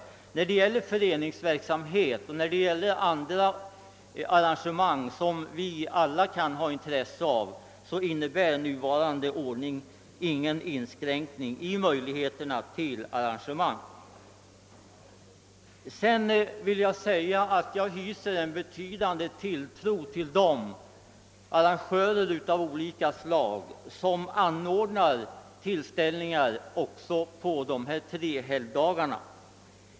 I fråga om föreningsverksamhet och andra arrangemang som vi alla kan ha intresse av innebär nuvarande ordning ingen inskränkning i möjligheterna. Jag vill också framhålla att jag hyser en betydande tilltro till dem som anordnar tillställningar av olika slag på de tre helgdagarna.